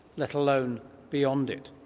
let alone beyond it.